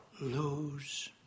lose